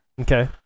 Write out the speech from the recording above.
Okay